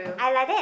I like that